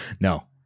No